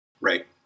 Right